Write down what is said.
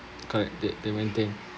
correct they they maintain